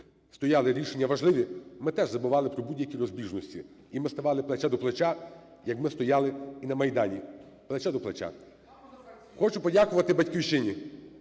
стояли рішення важливі, ми теж забували про будь-які розбіжності. І ми ставали плече до плеча, як ми стояли і на Майдані, плече до плеча. Хочу подякувати "Батьківщині".